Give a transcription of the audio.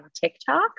TikTok